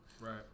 Right